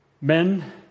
Men